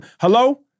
Hello